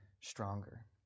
stronger